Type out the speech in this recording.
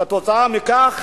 כתוצאה מכך